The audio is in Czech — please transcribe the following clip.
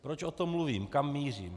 Proč o tom mluvím, kam mířím?